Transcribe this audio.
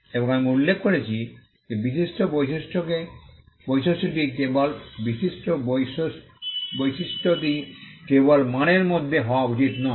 এবং আমি উল্লেখ করেছি যে বিশিষ্ট বৈশিষ্ট্যটি কেবল মানের মধ্যে হওয়া উচিত নয়